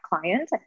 client